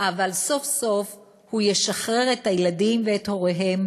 אבל סוף-סוף הוא ישחרר את הילדים ואת הוריהם